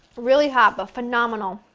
really hot, but phenomenal!